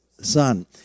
Son